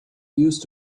used